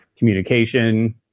Communication